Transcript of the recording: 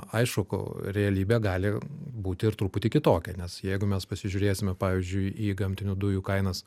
aišku realybė gali būti ir truputį kitokia nes jeigu mes pasižiūrėsime pavyzdžiui į gamtinių dujų kainas